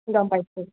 গম পাইছোঁ